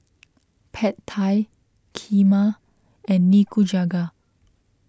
Pad Thai Kheema and Nikujaga